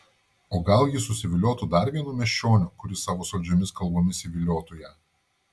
o gal ji susiviliotų dar vienu miesčioniu kuris savo saldžiomis kalbomis įviliotų ją